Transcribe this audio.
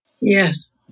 Yes